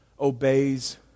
obeys